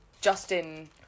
Justin